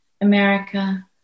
America